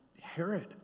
Herod